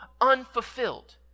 unfulfilled